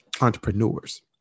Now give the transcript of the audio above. entrepreneurs